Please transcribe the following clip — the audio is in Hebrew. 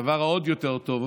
ועוד יותר טוב